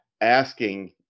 asking